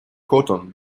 cotton